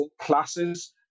classes